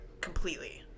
completely